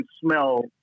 smell